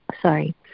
sorry